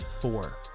four